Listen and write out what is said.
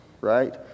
Right